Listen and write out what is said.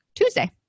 Tuesday